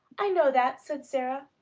i know that, said sara,